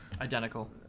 Identical